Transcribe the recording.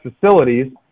facilities